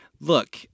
look